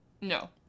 No